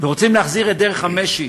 ורוצים שם להחזיר את דרך המשי.